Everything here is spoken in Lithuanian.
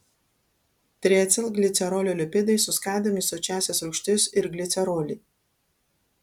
triacilglicerolio lipidai suskaidomi į sočiąsias rūgštis ir glicerolį